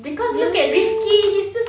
ya